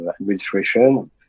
administration